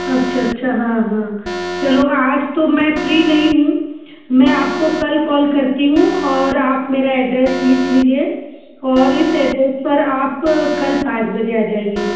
अच्छा अच्छा हाँ हाँ चलो आज तो मैं फ्री नहीं हूँ मैं आपको कल कॉल करती हूँ और आप मेरा एड्रेस लिख लिजिए और इस अड्रेस पर आप कल पाँच बजे आ जाइए